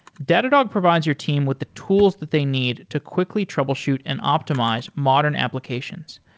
datadog provides your team with the tools that they need to quickly troubleshoot and optimize modern applications.